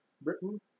Britain